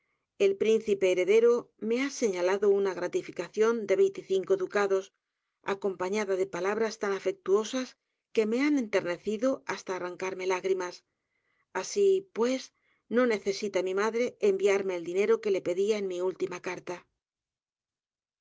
el principe heredero rae ha señalado una gratificación de veinte y cinco ducados acompañada de palabras tan afectuosas que me han enternecido hasta arrancarme lágrimas asi pues no necesita mi madre enviarme el dinero que le pedia en mi última carta